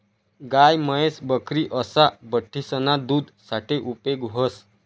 गाय, म्हैस, बकरी असा बठ्ठीसना दूध साठे उपेग व्हस